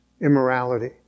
immorality